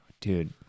Dude